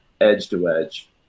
edge-to-edge